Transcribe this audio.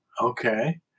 Okay